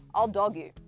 i'll dog you.